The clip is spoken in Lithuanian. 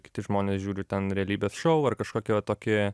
kiti žmonės žiūri ten realybės šou ar kažkokį tokį